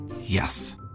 Yes